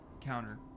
counter